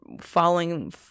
following –